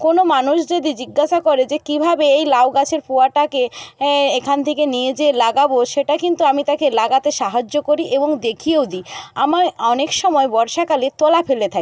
কোনো মানুষ যদি জিজ্ঞাসা করে যে কীভাবে এই লাউ গাছের কুয়াটাকে হ্যাঁ এখানে থেকে নিয়ে যেয়ে লাগাব সেটা কিন্তু আমি তাকে লাগাতে সাহায্য করি এবং দেখিয়েও দিই আমায় অনেক সময় বর্ষাকালে তলা ফেলে থাকি